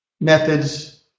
methods